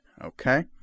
Okay